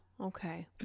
Okay